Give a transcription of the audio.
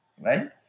right